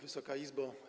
Wysoka Izbo!